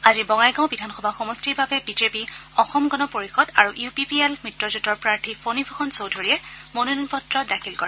আজি বঙাইগাঁও বিধানসভা সমষ্টিৰ বাবে বিজেপি অসম গণ পৰিষদ আৰু ইউ পি পি এল মিত্ৰজোঁটৰ প্ৰাৰ্থী ফণীভূষণ চৌধুৰীয়ে মনোনয়ন পত্ৰ দাখিল কৰে